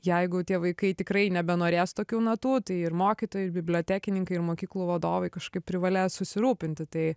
jeigu tie vaikai tikrai nebenorės tokių natų tai ir mokytojai ir bibliotekininkai ir mokyklų vadovai kažkaip privalės susirūpinti tai